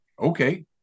okay